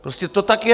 Prostě to tak je.